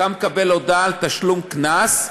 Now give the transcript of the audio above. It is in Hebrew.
אתה מקבל הודעה על תשלום קנס,